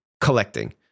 collecting